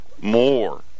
more